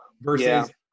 versus